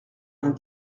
vingt